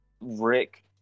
Rick